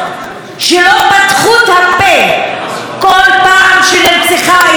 שלא פתחו את הפה כל פעם שנרצחה אישה?